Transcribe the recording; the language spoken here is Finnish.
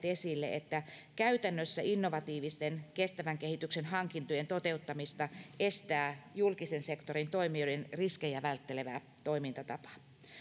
esille että käytännössä innovatiivisten kestävän kehityksen hankintojen toteuttamista estää julkisen sektorin toimijoiden riskejä välttelevä toimintatapa